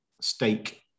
stake